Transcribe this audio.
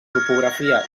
topografia